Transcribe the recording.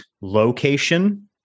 location